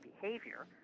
behavior –